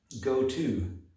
go-to